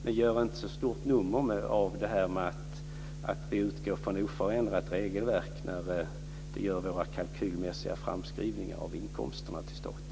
Men gör inget stort nummer av det faktum att vi utgår från oförändrat regelverk när vi gör våra kalkylmässiga framskrivningar av inkomsterna till staten.